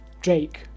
drake